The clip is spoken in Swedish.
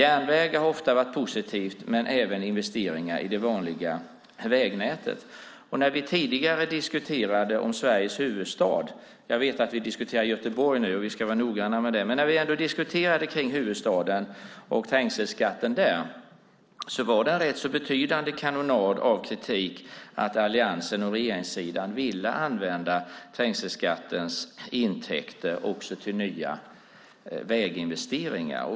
Det har ofta varit positivt med järnvägar men även med investeringar i det vanliga vägnätet. Jag vet att vi diskuterar Göteborg, och vi ska vara noggranna med det. Men när vi ändå diskuterar frågan kan jag säga att i fråga om trängselskatten i huvudstaden var det en rätt betydande kanonad av kritik i fråga om att Alliansen och regeringssidan ville använda trängselskattens intäkter också till nya väginvesteringar.